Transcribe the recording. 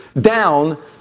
down